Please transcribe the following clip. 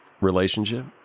relationship